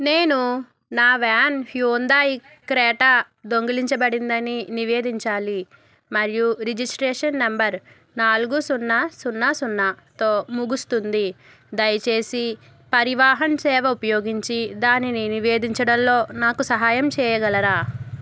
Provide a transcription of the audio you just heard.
నేను నా van Hyundai Creta దొంగిలించబడిందని నివేదించాలి మరియు రిజిస్ట్రేషన్ నెంబర్ నాలుగు సున్నా సున్నా సున్నాతో ముగుస్తుంది దయచేసి పరివాహన్ సేవ ఉపయోగించి దానిని నివేదించడంలో నాకు సహాయం చేయగలరా